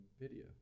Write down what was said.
video